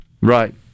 Right